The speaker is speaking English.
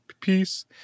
peace